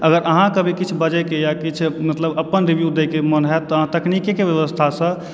अगर अहाँकऽ भी किछु बजेके यऽ किछ अपन रिव्यू दयकऽ मोन होयत तऽ अहाँ तकनीकीकऽ व्यवस्थासँ